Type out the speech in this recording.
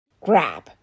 Grab